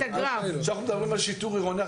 כשאנחנו מדברים על שיטור עירוני,